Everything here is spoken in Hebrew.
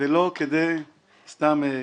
ולא כדי סתם לריב.